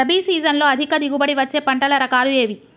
రబీ సీజన్లో అధిక దిగుబడి వచ్చే పంటల రకాలు ఏవి?